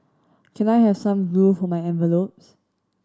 can I have some glue for my envelopes